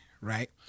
Right